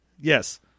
Yes